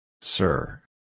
Sir